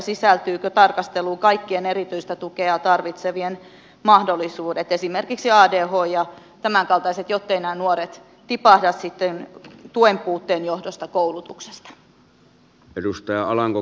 sisältyvätkö tarkasteluun kaikkien erityistä tukea tarvitsevien esimerkiksi adhd nuorten ja tämänkaltaisten mahdollisuudet jotteivät nämä nuoret tipahda sitten tuen puutteen johdosta koulutuksesta